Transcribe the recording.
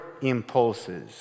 impulses